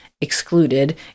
excluded